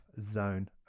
zone